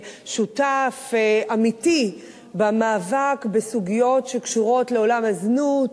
שותף אמיתי במאבק בסוגיות שקשורות לעולם הזנות